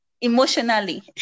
emotionally